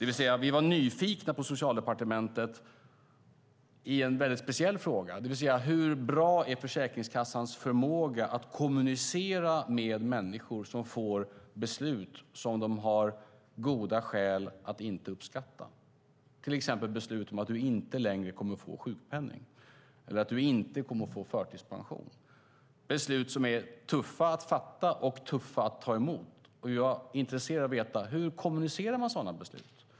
Vi var på Socialdepartementet nyfikna på en väldigt speciell fråga, nämligen hur bra Försäkringskassans förmåga är att kommunicera med människor som får beslut som de har goda skäl att inte uppskatta, till exempel beslut om att man inte längre kommer att få sjukpenning eller att man inte längre kommer att få förtidspension. Det är beslut som är tuffa att fatta och tuffa att ta emot. Jag är intresserad av att veta: Hur kommunicerar man sådana beslut?